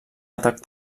atac